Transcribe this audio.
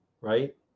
right